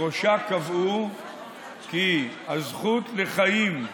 בראשה קבעו כי הזכות לחיים,